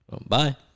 Bye